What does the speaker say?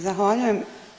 Zahvaljujem.